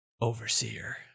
overseer